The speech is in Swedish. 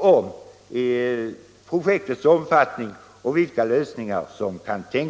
om projektets omfattning och om vissa tänkbara lösningar. Fru talman!